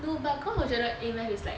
no but cos 我觉得 A math is like